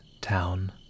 town